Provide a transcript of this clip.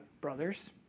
brothers